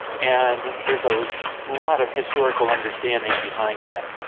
and there is a lot of historical understanding behind that.